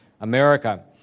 America